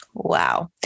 Wow